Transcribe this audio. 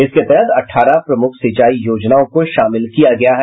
इसके तहत अठारह प्रमुख सिंचाई योजनाओं को शामिल किया गया है